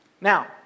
Now